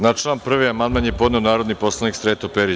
Na član 1. amandman je podneo narodni poslanik Sreto Perić.